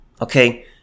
okay